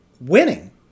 winning